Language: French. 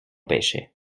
pêchait